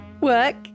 work